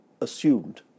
assumed